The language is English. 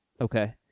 Okay